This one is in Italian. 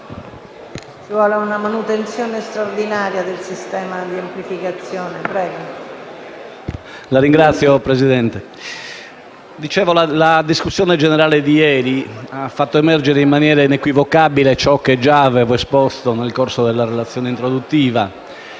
la discussione generale di ieri ha fatto emergere in maniera inequivocabile ciò che già avevo esposto nel corso della relazione introduttiva;